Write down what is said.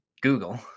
Google